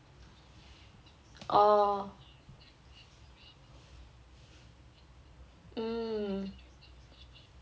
oh mm